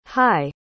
Hi